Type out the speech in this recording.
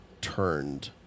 turned